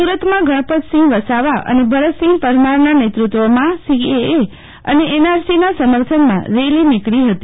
સુરતમાં ગણપતસિહં વસાવા અને ભરતસિંહ પરમારના નેતૃત્વમાં સીએએ અને એનઆરસીના સમર્થનમાં રેલી નીકળી હતી